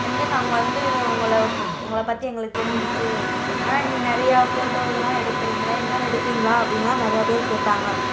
வந்து நாங்கள் வந்து உங்களை வெச்சு உங்களை பற்றி எங்களுக்கு தெரிஞ்சிச்சு ஆனால் நிறையா ஃபோட்டோ இதெலாம் எடுக்குறீங்களே இன்னும் எடுப்பீங்களா அப்படின்லாம் நிறையா பேர் கேட்டாங்கள்